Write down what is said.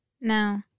No